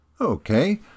Okay